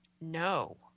No